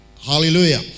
Hallelujah